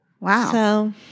Wow